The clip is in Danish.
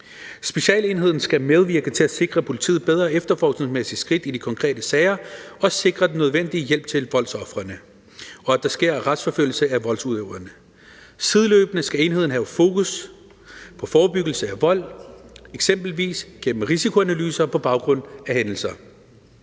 Specialenheden skal medvirke til at sikre politiet bedre efterforskningsmæssige værktøjer i de konkrete sager samt sikre den nødvendige hjælp til voldsofrene, og at der sker retsforfølgelse er voldsudøverne. Sideløbende skal enheden have fokus på forebyggelse af vold, eksempelvis gennem risikoanalyser på baggrund af hændelser.